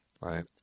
right